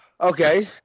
Okay